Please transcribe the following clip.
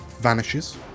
vanishes